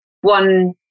one